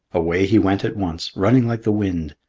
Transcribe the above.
away he went at once, running like the wind,